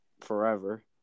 forever